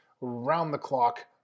round-the-clock